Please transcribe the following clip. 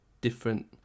different